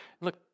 Look